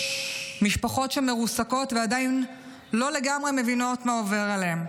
משפחות שמרוסקות ועדיין לא לגמרי מבינות מה עובר עליהן.